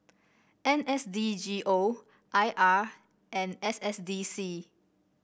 N S D G O I R and S S D C